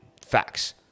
Facts